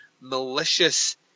malicious